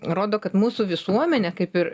rodo kad mūsų visuomenė kaip ir